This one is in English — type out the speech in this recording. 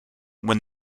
when